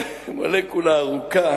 יוצרת עומס בבת אחת על